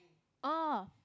oh